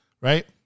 Right